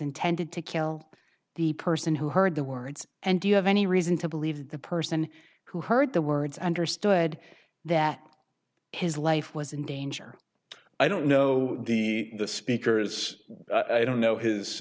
intended to kill the person who heard the words and do you have any reason to believe that the person who heard the words understood that his life was in danger i don't know the speaker is i don't know his